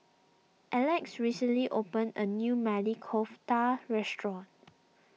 Alex recently opened a new Maili Kofta restaurant